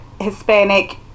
Hispanic